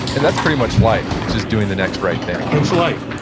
and that's pretty much life. it's just doing the next right thing it's life.